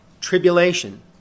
tribulation